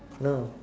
no